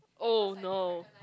oh no